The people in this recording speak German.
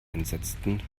entsetzten